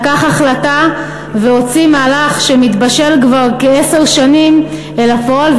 לקח החלטה והוציא מהלך שמתבשל כבר כעשר שנים אל הפועל,